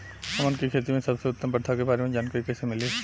हमन के खेती में सबसे उत्तम प्रथा के बारे में जानकारी कैसे मिली?